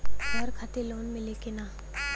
घर खातिर लोन मिली कि ना?